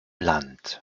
land